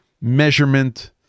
measurement